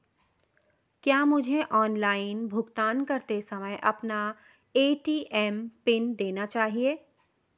क्या मुझे ऑनलाइन भुगतान करते समय अपना ए.टी.एम पिन देना चाहिए?